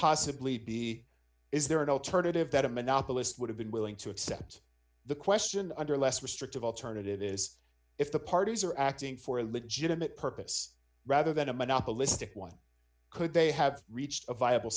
possibly be is there an alternative that a monopolist would have been willing to accept the question under less restrictive alternative is if the parties are acting for a legitimate purpose rather than a monopolistic one could they have reached a viable